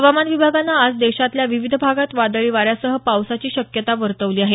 हवामान विभागानं आज देशातल्या विविध भागात वादळी वाऱ्यासह पावसाची शक्यता वर्तवली आहे